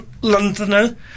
londoner